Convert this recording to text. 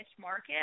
market